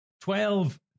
Twelve